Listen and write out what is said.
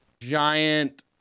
giant